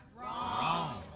Wrong